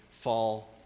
fall